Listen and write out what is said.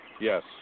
Yes